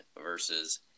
versus